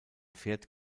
pferd